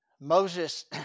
Moses